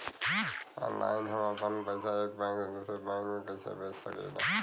Online हम आपन पैसा एक बैंक से दूसरे बैंक में कईसे भेज सकीला?